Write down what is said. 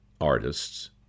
artists